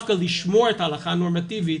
דווקא לשמור את ההלכה נורמטיבית,